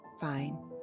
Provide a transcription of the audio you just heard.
fine